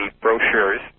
brochures